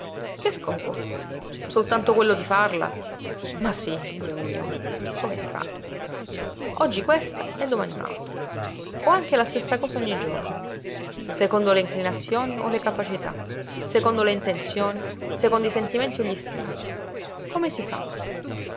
che scopo soltanto quello di farla ma sí dio mio come si fa oggi questa e domani un'altra o anche la stessa cosa ogni giorno secondo le inclinazioni o le capacità secondo le intenzioni secondo i sentimenti o gl'istinti come si fa